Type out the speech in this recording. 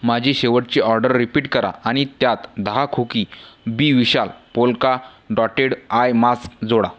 माझी शेवटची order repeat करा आणि त्यात दहा खोकी बी विशाल पोल्का डॉटेड आय मास्क जोडा